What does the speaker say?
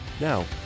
Now